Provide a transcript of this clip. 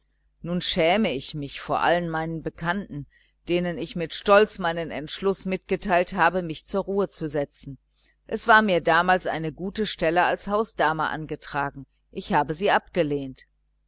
nur schäme ich mich vor all meinen bekannten denen ich mit stolz meinen entschluß mitgeteilt habe zu privatisieren es war mir damals eine verlockende stelle als hausdame angetragen ich habe sie abgelehnt